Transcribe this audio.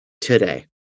today